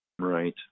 Right